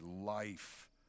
life